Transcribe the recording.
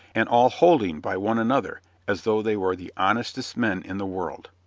and all holding by one another as though they were the honestest men in the world.